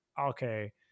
okay